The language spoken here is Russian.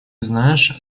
знаешь